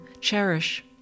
cherish